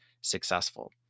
successful